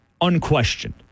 unquestioned